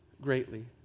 greatly